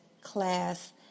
class